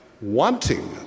wanting